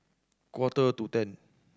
quarter to ten